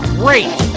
great